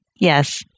Yes